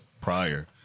prior